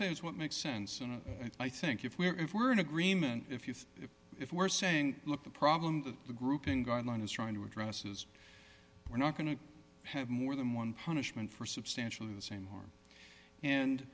say is what makes sense and i think if we're if we're in agreement if you think if we're saying look the problem the grouping guideline is trying to address is we're not going to have more than one punishment for substantially the same harm and